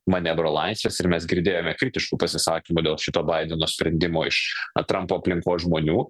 manevro laisvės ir mes girdėjome kritiškų pasisakymų dėl šito baideno sprendimo iš trampo aplinkos žmonių